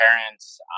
parents